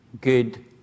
good